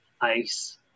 ice